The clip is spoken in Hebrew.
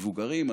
מבוגרים,